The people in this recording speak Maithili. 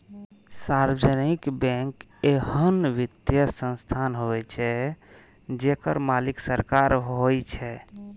सार्वजनिक बैंक एहन वित्तीय संस्थान होइ छै, जेकर मालिक सरकार होइ छै